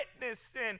witnessing